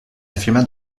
affirma